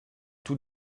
tout